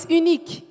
unique